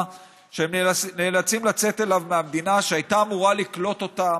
שהם נאלצים לצאת אליו מהמדינה שאמורה לקלוט אותם,